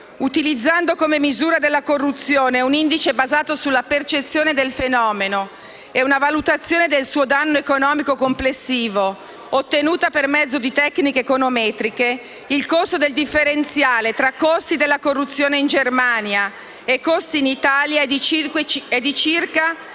utilizzando come misura della corruzione un indice basato sulla percezione del fenomeno e una valutazione del suo danno economico complessivo ottenuta per mezzo di tecniche econometriche, il costo del differenziale tra costi della corruzione in Germania e in Italia è di circa